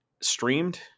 streamed